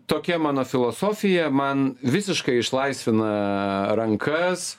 tokia mano filosofija man visiškai išlaisvina rankas